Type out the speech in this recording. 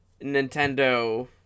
Nintendo